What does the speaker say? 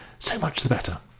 so much the better,